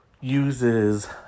uses